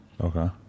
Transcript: Okay